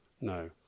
No